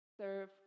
serve